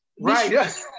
right